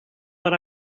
that